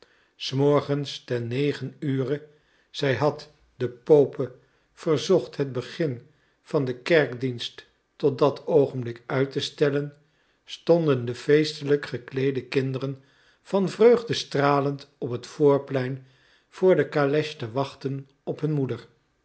s morgens ten negen ure zij had den pope verzocht het begin van den kerkdienst tot dat oogenblik uit te stellen stonden de feestelijk gekleede kinderen van vreugde stralend op het voorplein voor de kales en wachtten op hun moeder